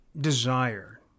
desire